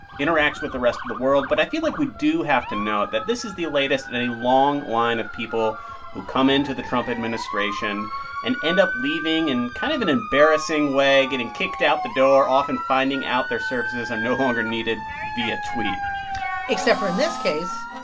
interacts with the rest of the world. but i feel like we do have to note that this is the latest in a long line of people who come into the trump administration and end up leaving in kind of an embarrassing way, getting kicked out the door, often finding out their services are no longer needed via tweet except for in this case,